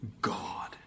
God